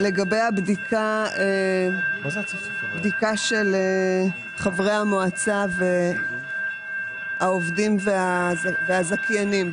לגבי הבדיקה של חברי המועצה והעובדים והזכיינים,